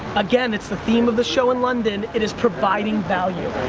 again, it's the theme of the show in london, it is providing value.